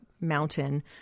mountain